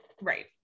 right